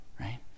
Right